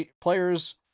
players